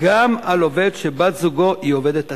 גם על עובד שבת-זוגו היא עובדת עצמאית.